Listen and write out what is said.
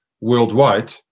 worldwide